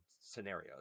scenarios